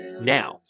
Now